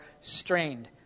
strained